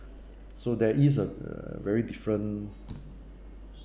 so there is uh very different